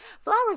Flowers